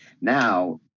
Now